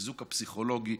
החיזוק הפסיכולוגי,